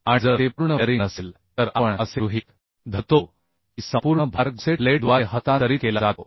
आणि जर ते पूर्ण बेअरिंग नसेल तर आपण असे गृहीत धरतो की संपूर्ण भार गुसेट प्लेटद्वारे हस्तांतरित केला जातो